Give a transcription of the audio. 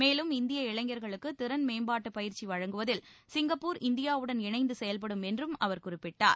மேலும் இந்திய இளைஞர்களுக்கு திறன் மேம்பாட்டு பயிற்சி வழங்குவதில் சிங்கப்பூர் இந்தியாவுடன் இணைந்து செயல்படும் என்றும் அவர் குறிப்பிட்டார்